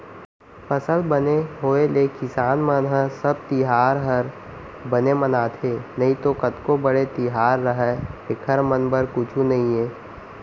फसल बने होय ले किसान मन ह सब तिहार हर बने मनाथे नइतो कतको बड़े तिहार रहय एकर मन बर कुछु नइये